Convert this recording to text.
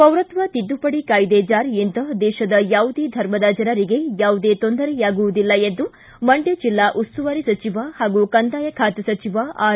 ಪೌರತ್ವ ತಿದ್ದುಪಡಿ ಕಾಯ್ದೆ ಜಾರಿಯಿಂದ ದೇಶದ ಯಾವುದೇ ಧರ್ಮದ ಜನರಿಗೆ ಯಾವುದೇ ತೊಂದರೆಯಾಗುವುದಿಲ್ಲ ಎಂದು ಮಂಡ್ಡ ಜಿಲ್ಲಾ ಉಸ್ತುವಾರಿ ಸಚಿವ ಹಾಗೂ ಕಂದಾಯ ಖಾತೆ ಸಚಿವ ಆರ್